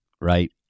right